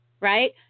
right